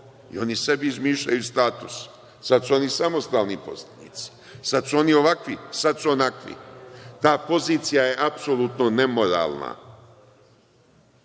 i oni sebi izmišljaju status. Sad su oni samostalni poslanici. Sad su oni ovakvi, sad su onakvi. Ta pozicija je apsolutno nemoralna. Zato